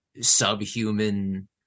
subhuman